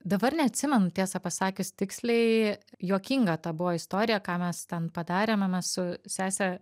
dabar neatsimenu tiesą pasakius tiksliai juokinga ta buvo istorija ką mes ten padarėme mes su sese